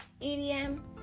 EDM